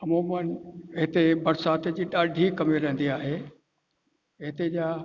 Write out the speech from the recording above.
अमुमन हिते बरिसात जी ॾाढी कमी रहंदी आहे हितां जा